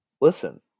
Listen